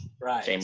Right